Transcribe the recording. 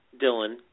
Dylan